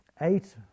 Eight